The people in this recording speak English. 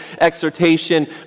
exhortation